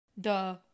Duh